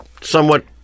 somewhat